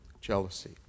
jealousy